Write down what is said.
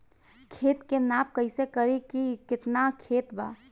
खेत के नाप कइसे करी की केतना खेत बा?